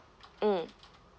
mm